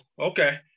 okay